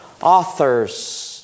authors